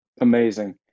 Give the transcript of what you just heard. Amazing